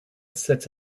sits